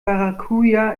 maracuja